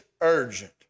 urgent